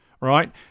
Right